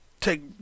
take